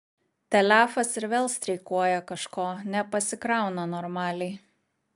telefas ir vėl streikuoja kažko nepasikrauna normaliai